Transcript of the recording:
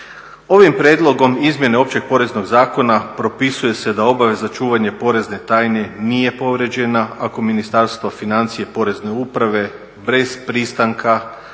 Ovim prijedlogom izmjene Općeg poreznog zakona propisuje se da obaveza čuvanja porezne tajne nije povrijeđena ako Ministarstvo financija Porezne uprave bez pristanka